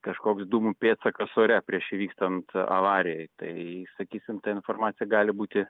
kažkoks dūmų pėdsakas ore prieš įvykstant avarijai tai sakysim ta informacija gali būti